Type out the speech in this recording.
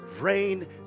rain